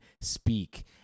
speak